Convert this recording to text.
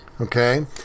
Okay